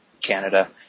Canada